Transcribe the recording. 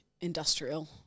industrial